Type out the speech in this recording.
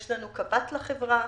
יש קב"ט לחברה,